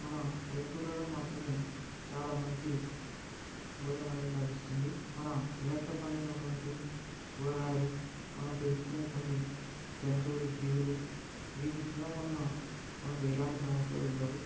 మన పల్లెటూర్లలో మాత్రమే చాలా మంచి భోజనం అనేది లభిస్తుంది మన పెరట్లో పండినటువంటి కూరగాయలు మనం పెంచుకునే కొన్ని జంతువులు జీవులు వీటిని తినడం వలన మనకు ఎలాంటి సమస్యలు ఉండవు